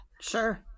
Sure